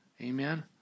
Amen